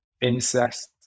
incest